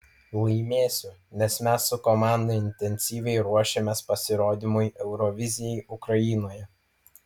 laimėsiu nes mes su komanda intensyviai ruošiamės pasirodymui eurovizijai ukrainoje